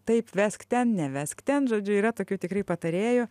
taip vesk ten nevesk ten žodžiu yra tokių tikrai patarėjų